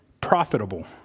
profitable